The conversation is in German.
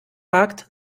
wagt